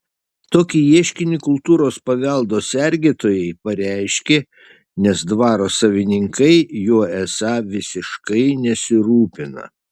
tokį ieškinį kultūros paveldo sergėtojai pareiškė nes dvaro savininkai juo esą visiškai nesirūpina